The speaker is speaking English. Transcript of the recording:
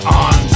on